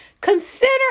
Consider